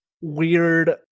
weird